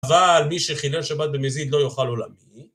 אבל מי שחילל שבת במזיד לא יאכל לעולם.